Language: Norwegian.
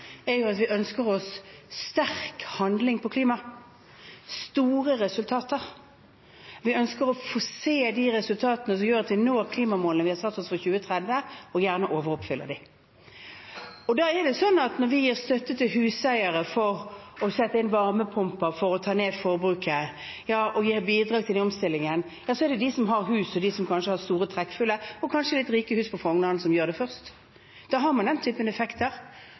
er at vi ønsker oss sterk handling på klima, store resultater. Vi ønsker å få se de resultatene som gjør at vi når klimamålene vi har satt oss for 2030 – og gjerne overoppfyller dem. Da er det sånn at når vi gir støtte til huseiere for å sette inn varmepumper for å ta ned forbruket og gi et bidrag til omstillingen, er det de som har hus, de som kanskje har store, trekkfulle hus og kanskje de litt rike som har hus på Frogner, som gjør det først. Da har man den typen